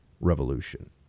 revolution